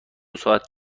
ساعت